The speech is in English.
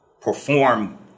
perform